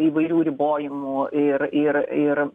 įvairių ribojimų ir ir ir